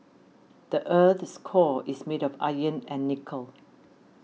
the earth's core is made of iron and nickel